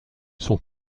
son